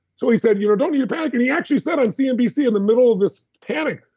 so he said, you don't need to panic. and he actually said on cnbc in the middle of this panic,